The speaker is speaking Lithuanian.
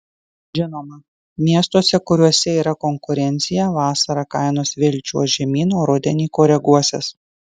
žinoma miestuose kuriuose yra konkurencija vasarą kainos vėl čiuoš žemyn o rudenį koreguosis